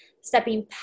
stepping